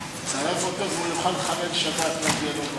צרף אותו, והוא יוכל לחלל שבת, לא תהיה לו בעיה.